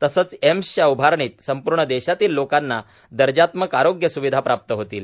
तसंच एम्स च्या उभारणीत संपूर्ण क्षेत्रातील लोकांना दर्जात्मक आरोग्य स्विधा प्राप्त होतील